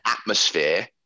atmosphere